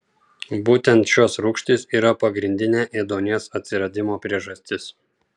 būtent šios rūgštys yra pagrindinė ėduonies atsiradimo priežastis